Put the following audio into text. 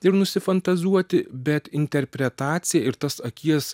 ir nusifantazuoti bet interpretacija ir tas akies